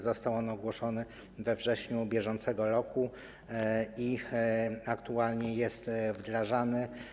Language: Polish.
Został on ogłoszony we wrześniu br. i aktualnie jest wdrażany.